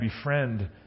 befriend